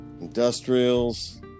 Industrials